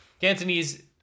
Cantonese